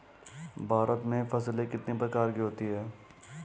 भारत में फसलें कितने प्रकार की होती हैं?